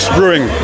Brewing